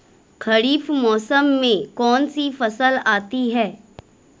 खरीफ मौसम में कौनसी फसल आती हैं?